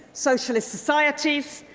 socialist societies,